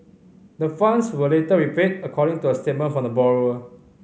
the funds were later repaid according to a statement from the borrower